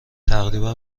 تقریبا